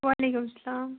وعلیکم السلام